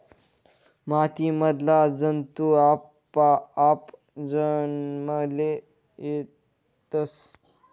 माती मधला जंतु आपोआप जन्मले येतस